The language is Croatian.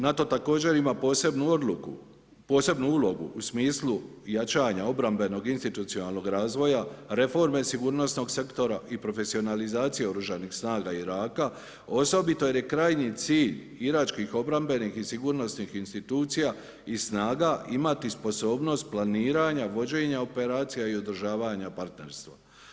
NATO također ima posebnu odluku, posebnu ulogu u smislu jačanja obrambenog institucionalnog razvoja reforme sigurnosnog sektora i profesionalizacije oružanih snaga Iraka, osobito jer je krajnji cilj iračkih obrambenih i sigurnosnih institucija i snaga imati sposobnost planiranja, vođenja operacija i održavanja partnerstva.